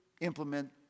implement